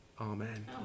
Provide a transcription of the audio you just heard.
Amen